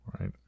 right